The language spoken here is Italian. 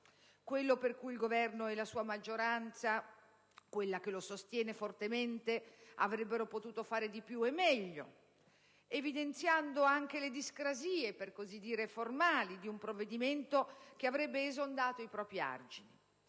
quello per cui il Governo e la sua maggioranza, quella che lo sostiene fortemente, avrebbero potuto fare di più e meglio, evidenziando anche le discrasie, per così dire, formali di un provvedimento che avrebbe esondato i propri argini.